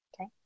Okay